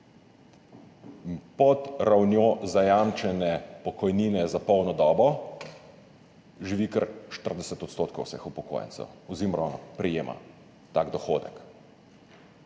Pod ravnjo zajamčene pokojnine za polno dobo živi kar 40 odstotkov vseh upokojencev oziroma prejema tak dohodek.